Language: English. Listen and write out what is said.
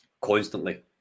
constantly